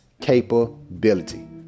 capability